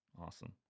awesome